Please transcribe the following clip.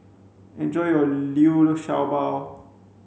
enjoy your liu sha bao